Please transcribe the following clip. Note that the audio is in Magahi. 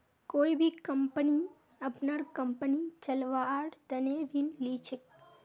कोई भी कम्पनी अपनार कम्पनी चलव्वार तने ऋण ली छेक